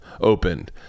opened